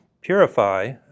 purify